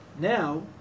now